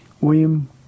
William